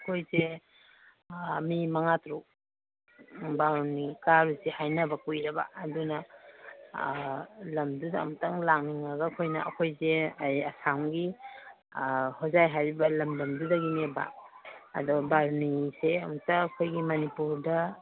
ꯑꯩꯈꯣꯢꯁꯦ ꯃꯤ ꯃꯉꯥ ꯇꯔꯨꯛ ꯕꯥꯔꯨꯅꯤ ꯀꯥꯔꯨꯁꯦ ꯍꯥꯏꯅꯕ ꯀꯨꯏꯔꯕ ꯑꯗꯨꯅ ꯂꯝꯗꯨꯗ ꯑꯃꯨꯛꯇꯪ ꯂꯥꯛꯅꯤꯡꯉꯒ ꯑꯩꯈꯣꯏꯅ ꯑꯩꯈꯣꯏꯁꯦ ꯑꯁꯥꯝꯒꯤ ꯍꯣꯖꯥꯏ ꯍꯥꯏꯔꯤꯕ ꯂꯝꯗꯝꯗꯨꯗꯒꯤꯅꯦꯕ ꯑꯗꯣ ꯕꯥꯔꯨꯅꯤꯁꯦ ꯑꯝꯇ ꯑꯩꯈꯣꯏꯒꯤ ꯃꯅꯤꯄꯨꯔꯗ